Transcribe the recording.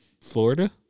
Florida